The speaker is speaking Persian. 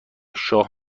شاه